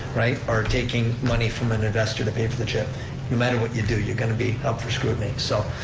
right, or taking money from an investor to pay for the trip. no matter what you do, you're going to be up for scrutiny, so.